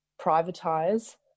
privatize